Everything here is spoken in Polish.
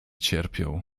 cierpią